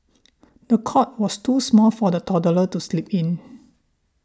the cot was too small for the toddler to sleep in